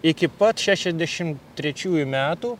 iki pat šešiasdešim trečiųjų metų